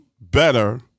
better